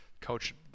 Coach